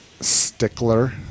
stickler